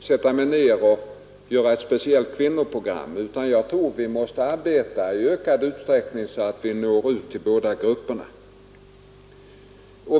sätta mig ned och göra ett speciellt kvinnoprogram, utan jag tror att vi i ökad utsträckning måste arbeta så att vi når ut till båda grupperna.